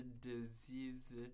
disease